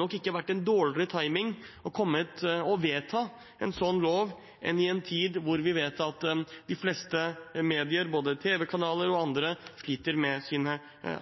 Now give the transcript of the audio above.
nok ikke vært en dårligere timing å vedta en sånn lov enn i en tid da vi vet at de fleste medier, både tv-kanaler og andre, sliter med sine